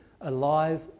alive